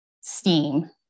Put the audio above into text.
STEAM